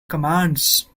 commands